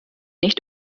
nicht